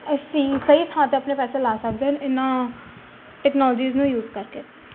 ਅਸੀਂ ਸਹੀ ਥਾਂ 'ਤੇ ਆਪਣੇ ਪੈਸੇ ਲਾ ਸਕਦੇ ਹਨ ਇਹਨਾਂ ਟੈਕਨੋਲੋਜੀਸ ਨੂੰ ਯੂਜ਼ ਕਰਕੇ